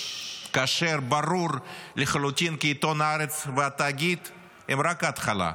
כאשר ברור לחלוטין כי עיתון הארץ והתאגיד הם רק ההתחלה,